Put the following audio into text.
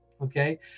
okay